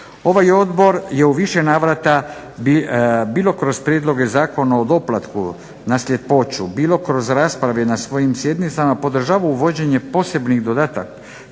Ovaj odbor je u više navrata, bilo kroz prijedloge Zakona o doplatku na sljepoću, bilo kroz rasprave na svojim sjednicama podržava uvođenje posebnog dodatka